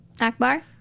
Akbar